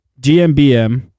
GMBM